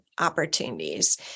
opportunities